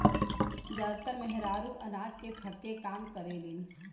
जादातर मेहरारू अनाज के फटके के काम करेलिन